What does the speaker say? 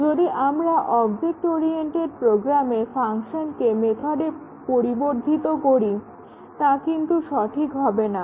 যদি আমরা object oriented প্রোগ্রামে ফাংশনকে মেথডে পরিবর্ধিত করি তা কিন্তু সঠিক হবে না